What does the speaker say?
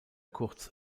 kurz